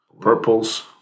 purples